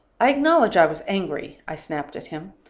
i acknowledge i was angry. i snapped at him.